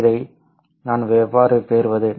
இதை நான் எவ்வாறு பெறுவது